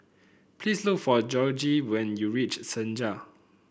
please look for Jorge when you reach Senja